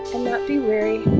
and not be weary.